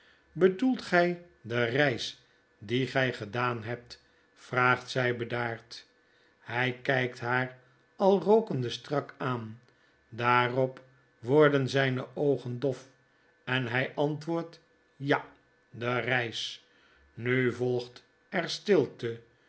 bedoelt gy de reis die gy gedaan hebt vraagt zy bedaard hy kykt haar al rookende strak aan daarop worden zyne oogen dof en hy antwoordt ja de reis nu volert er stilte